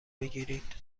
بگیرید